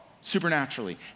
supernaturally